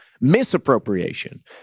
misappropriation